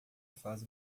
faz